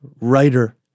writer